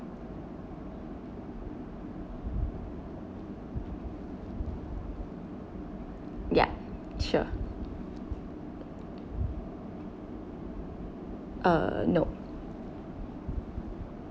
ya sure uh no